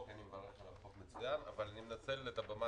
אני מברך על החוק, אבל אני מנצל את העובדה